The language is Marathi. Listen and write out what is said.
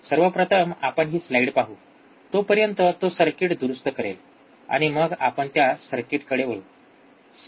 सर्वप्रथम आपण हि स्लाईड पाहू तोपर्यंत तो सर्किट दुरुस्त करेल आणि मग आपण त्या सर्किटकडे वळू